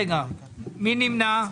מי נמנע?